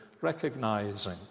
recognizing